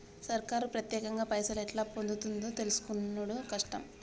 సర్కారు పత్యేకంగా పైసలు ఎట్లా పొందుతుందో తెలుసుకునుడు కట్టం